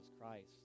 Christ